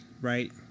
right